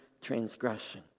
transgression